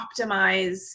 optimize